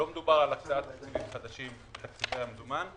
לא מדובר על הקצאת תקציבים חדשים בתקציבי המזומן.